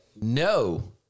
no